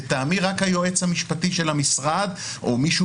לטעמי רק היועץ המשפטי של המשרד או מישהו